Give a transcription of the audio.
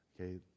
Okay